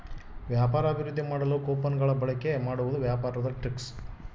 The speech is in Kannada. ವ್ಯಾಪಾರ ಅಭಿವೃದ್ದಿ ಮಾಡಲು ಕೊಪನ್ ಗಳ ಬಳಿಕೆ ಮಾಡುವುದು ವ್ಯಾಪಾರದ ಟ್ರಿಕ್ಸ್